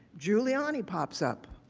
giuliani pops up.